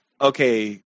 okay